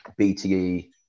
bte